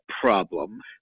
problem